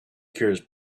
cures